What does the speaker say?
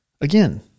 Again